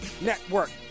network